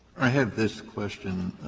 i have this question